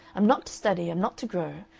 i'm not to study, i'm not to grow.